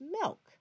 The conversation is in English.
milk